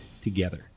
together